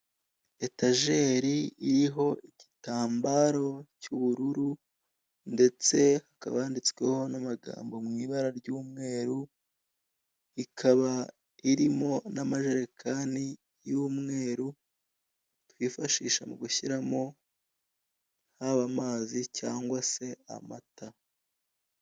Etajeri iriho igitambaro cy'ubururu, ndetse hakaba handitsweho n'amagambo mu ibara ry'umweru, ikaba irimo n'amajerekani y'umweru twifashisha mu gushyiramo, haba amazi cyangwa amata.